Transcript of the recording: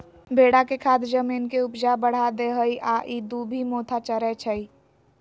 भेड़ा के खाद जमीन के ऊपजा बढ़ा देहइ आ इ दुभि मोथा चरै छइ